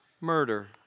murder